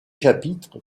chapitre